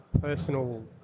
personal